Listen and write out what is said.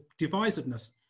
divisiveness